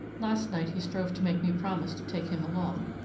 last night, he strove to make me promise to take him along,